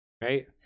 right